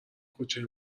کوچه